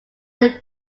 than